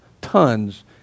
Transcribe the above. tons